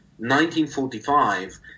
1945